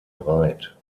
breit